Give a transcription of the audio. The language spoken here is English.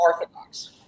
orthodox